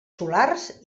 solars